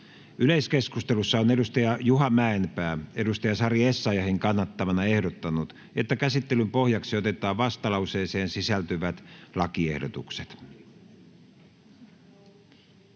Yleiskeskustelussa on Juha Mäenpää Sari Essayahin kannattamana ehdottanut, että käsittelyn pohjaksi otetaan vastalauseeseen sisältyvät lakiehdotukset.